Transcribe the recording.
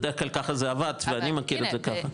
בדרך כלל ככה זה עבד ואני מכיר את זה ככה.